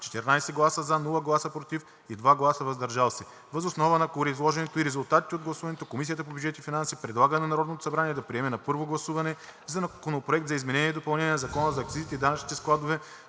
14 гласа „за“, без гласове „против“ и 2 гласа „въздържал се“. Въз основа на гореизложеното и резултатите от гласуването Комисията по бюджет и финанси предлага на Народното събрание да приеме на първо гласуване Законопроект за изменение и допълнение на Закона за акцизите и данъчните складове,